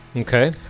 Okay